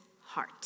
heart